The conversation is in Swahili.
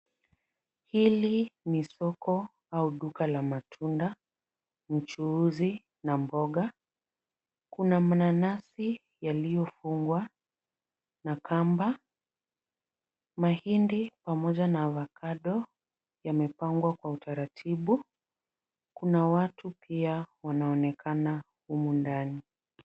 Hili ni soko au duka la matunda, mchuuzi na mboga. Kuna mananasi yaliyofungwa na kamba. Mahindi pamoja na ovakado yamepangwa kwa utaratibu, kuna watu pia wanaonekana humu ndani.